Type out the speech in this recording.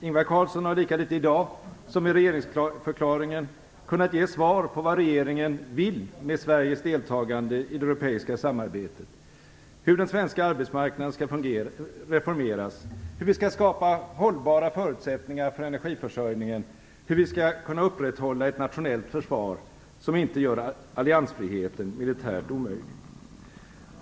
Ingvar Carlsson har i dag lika litet som i regeringsförklaringen kunnat ge svar på vad regeringen vill med Sveriges deltagande i det europeiska samarbetet, på hur den svenska arbetsmarknaden skall reformeras, på hur vi skall skapa hållbara förutsättningar för energiförsörjningen och på hur vi skall kunna upprätthålla ett nationellt försvar som inte gör alliansfriheten militärt omöjlig.